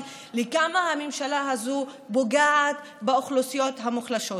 לכמה הממשלה הזו פוגעת באוכלוסיות המוחלשות.